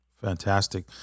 Fantastic